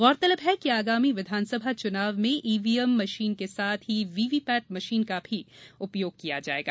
गौरतलब है कि आगामी विधानसभा चुनाव में ईव्हीएम मशीन के साथ व्हीव्हीपेट मशीन का भी उपयोग किया जायेगा